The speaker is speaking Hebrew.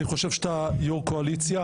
אתה יושב ראש קואליציה,